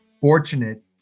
fortunate